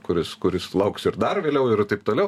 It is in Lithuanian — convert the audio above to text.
kuris kuris lauks ir dar vėliau ir taip toliau